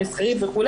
המסחרית וכו',